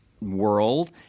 world